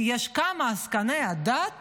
כי יש כמה עסקני דת